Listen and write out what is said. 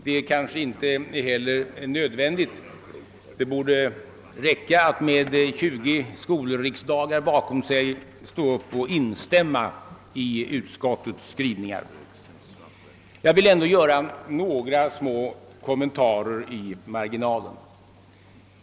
Det är kanske inte heller nödvändigt att ha ett sådant — det borde räcka att med 20 skolriksdagar bakom sig stå upp och instämma i utskottets skrivningar. Jag vill ändå göra några små kommentarer i marginalen.